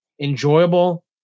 enjoyable